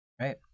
Right